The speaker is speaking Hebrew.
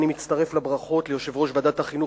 אני מצטרף לברכות ליושב-ראש ועדת החינוך